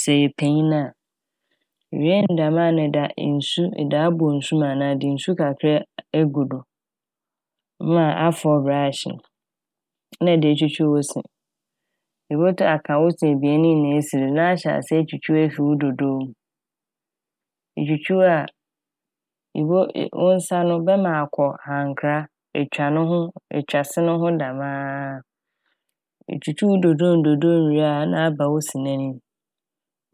sɛ eyɛ panyin a. Iwie ne dɛm a na ɛde nsu- ɛde abɔ nsu mu anaa ɛde nsu kakra e- egu do ma afɔw "brush" no na ede etwutwuw wo se. Ebotum aka wo se ebien ne nyinaa esi do na ahyɛ ase etwutwuw efi wo dodoo mu. Etwutwuw a ebo- wo nsa no ebɛma akɔ hankra etwa no ho, etwa se no ho damaa. Itwuwtwuuw wo dodoo dodoo mu wie a na aba wo se n'enyim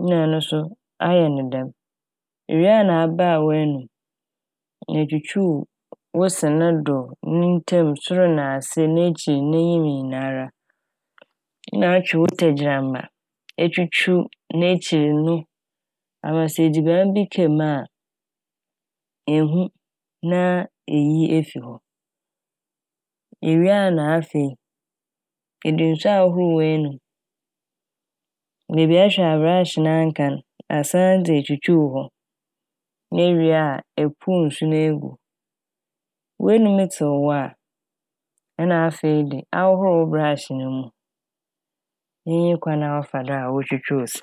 na ɔno so ayɛ ne dɛm. Ewie a na abaa w'enum', etwutwuw wo se ne do, ne ntam', sor na ase, n'ekyir, n'enyim nyinara. Na atwe wo tegyirama etwutwuuw n'ekyir no ama sɛ edziban bi ka mu a eehu na a eeyi efi hɔ. Ewie a na afei ede nsu ahohor w'enum, beebi a ɛhwɛ a "brush" na annka n' asan dze etwutwuuw hɔ na ewie a epuw nsu no egu. W'enum tsew wo a na afei de ahohor wo "brush" ne mu, iyi nye kwan a wɔfa do twutwuuw se.